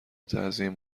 تزیین